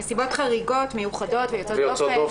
נסיבות חריגות, מיוחדות ויוצאות דופן.